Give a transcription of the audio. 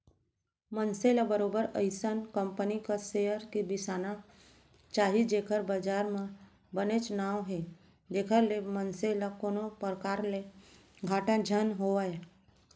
मनसे ल बरोबर अइसन कंपनी क सेयर बिसाना चाही जेखर बजार म बनेच नांव हे जेखर ले मनसे ल कोनो परकार ले घाटा झन होवय